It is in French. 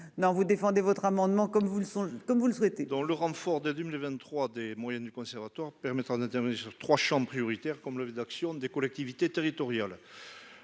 Non vous défendez votre amendement comme vous le son comme vous le souhaitez. Dans le renfort de 2023 des moyens du conservatoire permettra d'intervenir sur 3 champs prioritaires comme les rédactions des collectivités territoriales.